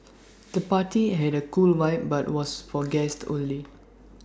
the party had A cool vibe but was for guests only